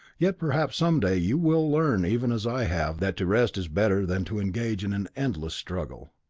yet perhaps some day you will learn even as i have that to rest is better than to engage in an endless struggle.